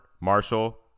Marshall